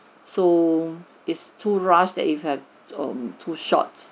so it's too rush that you have um too short